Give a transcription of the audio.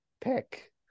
pick